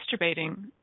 masturbating